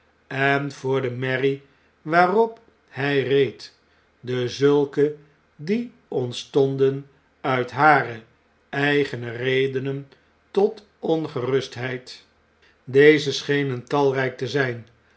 en voor de merrie waarop hy reed dezulken die ontstonden uit hare eigene redenen tot ongerustheid deze schenen talrjjk te zyn